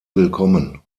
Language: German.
willkommen